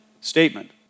statement